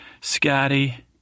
Scotty